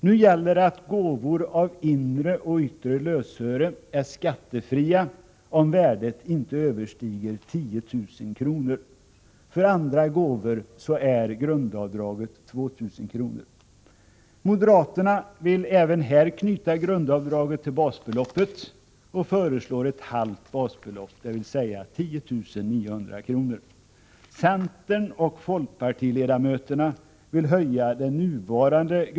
Nu gäller att gåvor av inre och yttre lösöre är skattefria om värdet inte överstiger 10 000 kr. För andra gåvor är grundavdraget 2 000 kr. Moderaterna vill även här knyta grundavdraget till basbeloppet och föreslår ett halvt basbelopp, dvs. 10 900 kr.